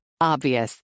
obvious